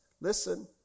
listen